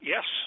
Yes